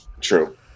True